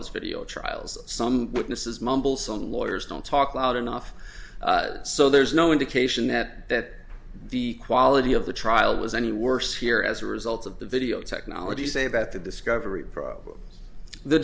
as video trials some witnesses mumbles on lawyers don't talk loud enough so there's no indication that that the quality of the trial was any worse here as a result of the video technology say about the discovery